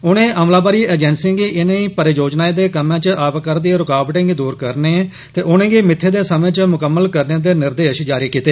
उनें बमलावरी एजेंसिएं गी इनें परियोजनाएं दे कम्मै च आवा'रदी रूकावटें गी दूर करने ते उनेंगी मित्थे दे समें च मुकम्मल करने दे निर्देश जारी कीते